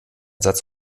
satz